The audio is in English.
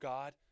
God